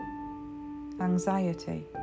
anxiety